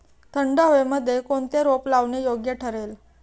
थंड हवेमध्ये कोणते रोप लावणे योग्य ठरेल?